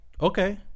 Okay